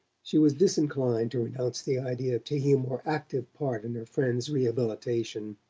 she was disinclined to renounce the idea of taking a more active part in her friend's rehabilitation.